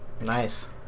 nice